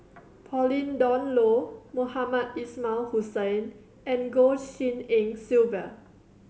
Pauline Dawn Loh Mohamed Ismail Hussain and Goh Tshin En Sylvia